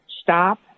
stop